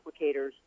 applicators